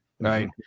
Right